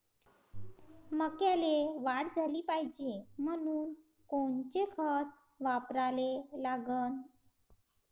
मक्याले वाढ झाली पाहिजे म्हनून कोनचे खतं वापराले लागन?